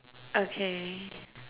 okay